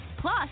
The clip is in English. Plus